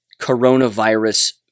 coronavirus